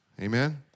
Amen